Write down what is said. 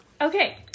Okay